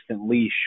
leash